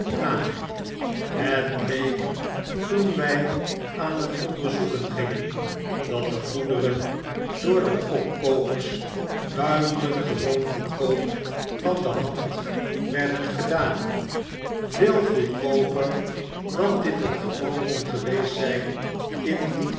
na het bleek toen wij aan het onderzoeken gingen dat de goederen door de opkoopers buitengewoon goedkoop van de hand werden gedaan veel goedkooper dan dit het geval kon geweest zijn indien